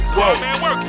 Whoa